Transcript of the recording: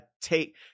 take